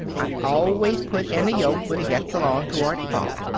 i always put in a yoke when it gets along toward fall.